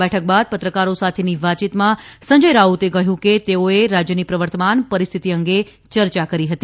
બેઠક બાદ પત્રકારો સાથેની વાતયીતમાં સંજય રાઉતે કહ્યું કે તેઓએ રાજયની પ્રવર્તમાન પરિસ્થિતિ અંગે ચર્ચા કરી હતી